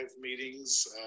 meetings